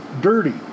dirty